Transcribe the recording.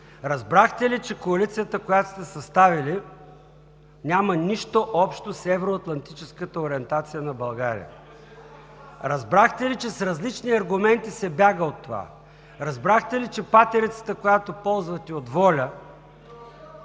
Разбрахте ли, че коалицията, която сте съставили, няма нищо общо с евроатлантическата ориентация на България? Разбрахте ли, че с различни аргументи се бяга от това? Разбрахте ли, че патерицата, която ползвахте от „Воля“,